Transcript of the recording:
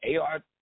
AR –